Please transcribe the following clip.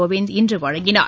கோவிந்த் இன்று வழங்கினார்